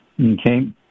okay